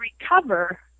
recover